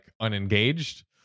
unengaged